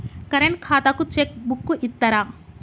Current ఖాతాకు cheque book ఇత్తరా?